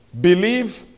believe